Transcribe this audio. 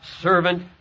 servant